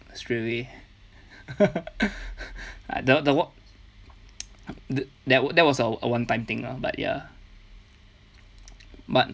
straightaway the the what the that that was a one time thing lah but ya but